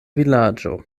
vilaĝo